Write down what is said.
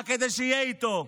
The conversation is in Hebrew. רק כדי שיהיה איתו.